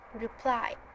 reply